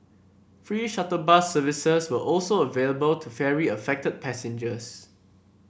free shuttle bus services were also available to ferry affected passengers